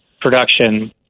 production